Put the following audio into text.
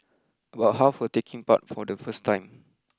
about half were taking part for the first time